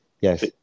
yes